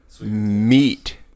meat